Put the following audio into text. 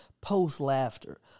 post-laughter